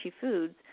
foods